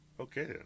Okay